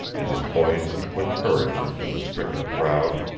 and his buoyancy put courage in to the stricken crowd.